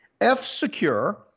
F-Secure